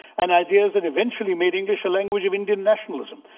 and ideas that eventually made english a language of indian nationalism.